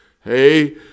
Hey